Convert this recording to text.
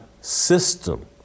system